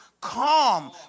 calm